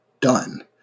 done